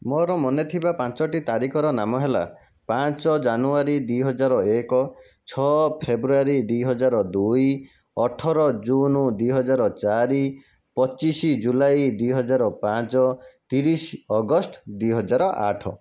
ମୋର ମନେଥିବା ପାଞ୍ଚଟି ତାରିଖର ନାମ ହେଲା ପାଞ୍ଚ ଜାନୁଆରୀ ଦୁଇହଜାର ଏକ ଛଅ ଫେବୃୟାରୀ ଦୁଇହଜାର ଦୁଇ ଅଠର ଜୁନ ଦୁଇହଜାର ଚାରି ପଚିଶି ଜୁଲାଇ ଦୁଇହଜାର ପାଞ୍ଚ ତିରିଶ ଅଗଷ୍ଟ ଦୁଇହଜାର ଆଠ